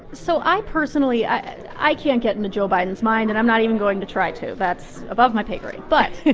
so i personally i and i can't get into joe biden's mind, and i'm not even going to try to. that's above my pay grade. but.